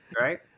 Right